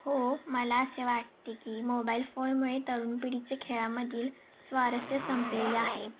हो मला असे वाटते की मोबाईल फोनमुळे तरुण पिढीचे खेळामधील स्वारस्य संपलेले आहे